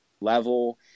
level